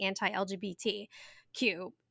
anti-LGBTQ+